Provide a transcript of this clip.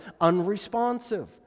unresponsive